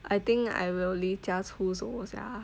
I think I will 离家出走 sia